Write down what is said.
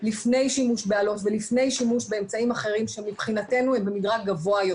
לפני שאנחנו מתחילים לפזר הפגנה, ישנה הידברות.